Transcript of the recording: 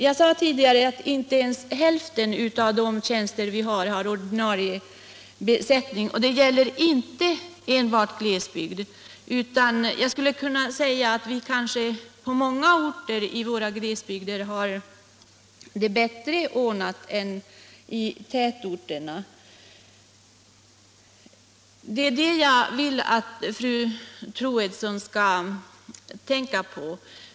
Jag sade tidigare att vi inte har ordinarie besättning på ens hälften av tjänsterna. Det gäller inte enbart glesbygder. Jag skulle kunna säga att vi på många orter i våra glesbygder kanske har det bättre ordnat än i tätorterna. Det är det jag vill att fru Troedsson skall tänka på.